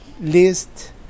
list